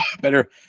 better